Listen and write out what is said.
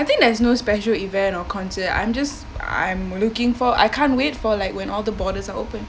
I think there's no special event or concert I'm just I'm looking for I can't wait for like when all the borders are open